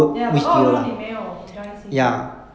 ya but all along 你没有 join